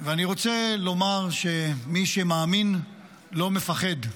ואני רוצה לומר שמי שמאמין לא מפחד.